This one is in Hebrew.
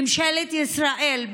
ממשלת ישראל,